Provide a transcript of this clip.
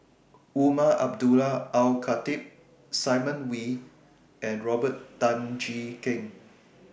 Umar Abdullah Al Khatib Simon Wee and Robert Tan Jee Keng